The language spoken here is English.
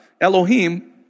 Elohim